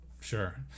Sure